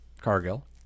Cargill